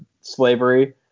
slavery